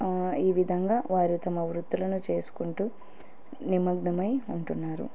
ఈ విధంగా వారు తమ వృత్తులను చేసుకుంటూ నిమగ్నమై ఉంటున్నారు